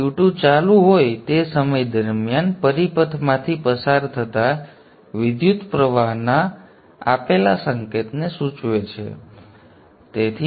તેથી તે Q2 ચાલુ હોય તે સમય દરમિયાન પરિપથમાંથી પસાર થતા વિદ્યુતપ્રવાહના પ્રવાહના આપેલા સંકેતને સૂચવે છે